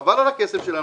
חבל על הכסף שלנו,